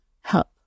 help